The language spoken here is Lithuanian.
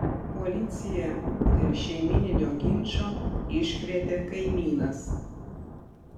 policiją dėl šeimyninio ginčo iškvietė kaimynas